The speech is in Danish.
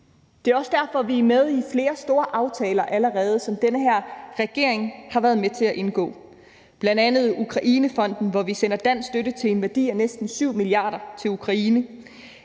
Det er også derfor, vi allerede er med i flere store aftaler, som den her regering har været med til at indgå, bl.a. om Ukrainefonden, hvor vi sender dansk støtte til en værdi af næsten 7 mia. kr. til Ukraine.